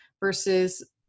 versus